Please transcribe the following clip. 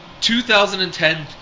2010